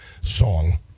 song